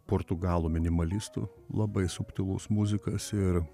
portugalų minimalistų labai subtilus muzikas ir